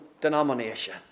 denomination